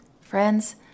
Friends